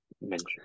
mention